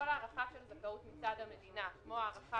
כל הארכה של זכאות מצד המדינה כמו ההארכה